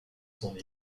son